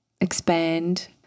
expand